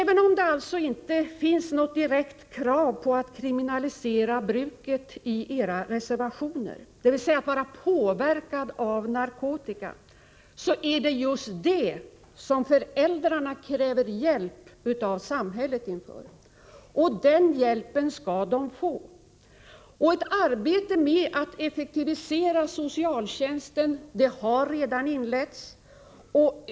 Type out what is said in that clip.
Det finns alltså inte något direkt krav i era reservationer på en kriminalisering av bruket av narkotika — dvs. av den som är påverkad av narkotika. Men det är just på den punkten som föräldrarna kräver hjälp av samhället. Den hjälpen skall de också få. Ett arbete med att effektivisera socialtjänsten har redan inletts.